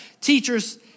teachers